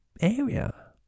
area